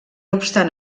obstant